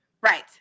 right